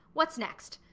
what's next?